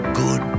good